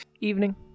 Evening